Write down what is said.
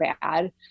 bad